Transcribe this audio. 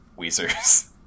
Weezer's